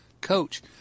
coach